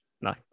No